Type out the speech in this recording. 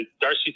Darcy